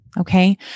okay